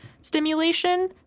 stimulation